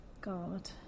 God